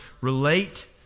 relate